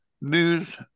news